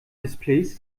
displays